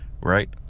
right